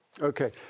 Okay